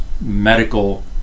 medical